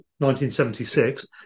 1976